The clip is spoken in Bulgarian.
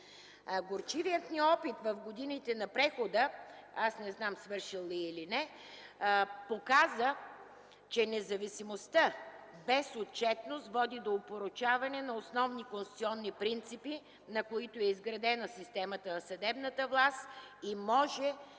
Горчивият ни опит в годините на прехода (не знам свършил ли е, или не), показа, че независимостта без отчетност води до опорочаване на основни конституционни принципи, на които е изградена системата на съдебната власт и може да се изроди